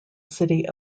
city